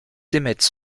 émettent